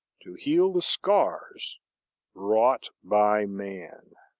to heal the scars wrought by man.